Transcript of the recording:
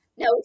No